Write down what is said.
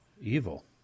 Evil